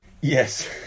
Yes